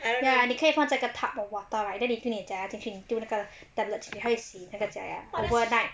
ya 你可以放在一个 tub of water right then 你跟你假牙出去你丢那个 tablet 你可以洗那个假牙 it's already done